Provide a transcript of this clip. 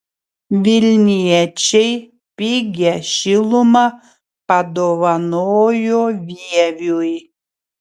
vilniečiai pigią šilumą padovanojo vieviui